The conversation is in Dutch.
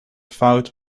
fout